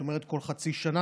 את אומרת כל חצי שנה,